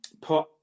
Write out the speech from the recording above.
put